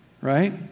Right